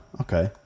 okay